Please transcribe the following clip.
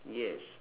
yes